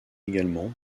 également